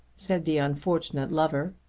said the unfortunate lover.